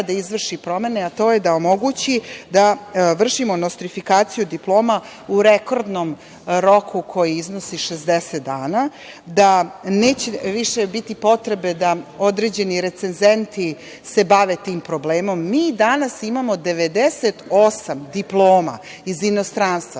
da izvrši promene, a to je da omogući da vršimo nostrifikaciju diploma u rekordnom roku koji iznosi 60 dana, da neće više biti potrebe da određeni recenzenti se bave tim problemom. Mi danas imamo 98 diploma iz inostranstva,